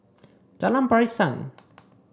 Jalan Pasiran